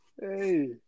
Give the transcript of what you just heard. Hey